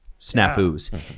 snafus